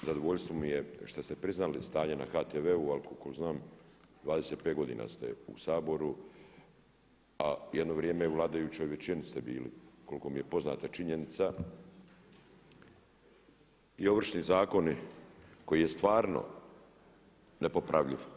Zadovoljstvo mi je što ste priznali stanje na HTV-u ali koliko znam 25 godina ste u Saboru, a jedno vrijeme u vladajućoj većini ste bili koliko mi je poznata činjenica i Ovršni zakon koji je stvarno nepopravljiv.